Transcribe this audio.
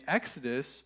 Exodus